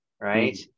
right